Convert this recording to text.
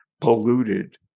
polluted